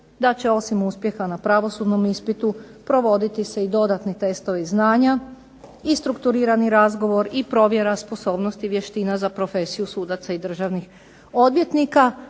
da će osim uspjeha na pravosudnom ispitu provoditi se i dodatni testovi znanja i strukturirani razgovor i provjera sposobnosti vještina za profesiju sudaca i državnih odvjetnika